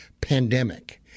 pandemic